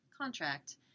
contract